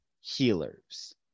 healers